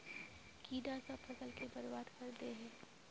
कीड़ा सब फ़सल के बर्बाद कर दे है?